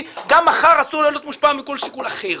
גם מחר אסור לו להיות מושפע משום שיקול אחר.